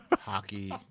Hockey